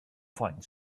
find